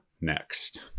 next